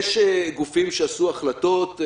יש גופים שקיבלו החלטות,